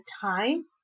time